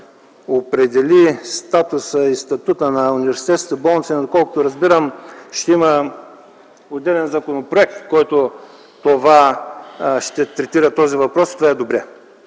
определи статуса и статута на университетските болници. Доколкото разбирам, ще има отделен законопроект, който ще третира този въпрос. Това е добре,